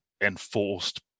enforced